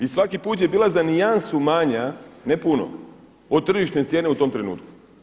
I svaki put je bila za nijansu manja, ne puno od tržišne cijene u tom trenutku.